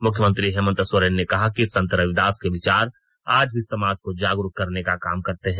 मुख्यमंत्री हेमन्त सोरेन ने कहा कि संत रविदास के विचार आज भी समाज को जागरूक करने का काम करते हैं